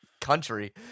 country